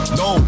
no